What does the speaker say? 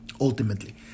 ultimately